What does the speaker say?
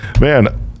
man